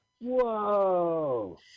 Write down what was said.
Whoa